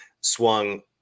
swung